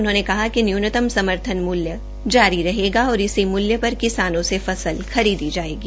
उन्होंने कहा कि न्यूनतम समर्थन मूल्य जारी रहेगा और इसी मूल्य पर किसानों से फसल खरीदी जायेगी